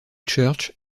church